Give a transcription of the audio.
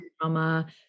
trauma